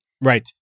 Right